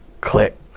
Click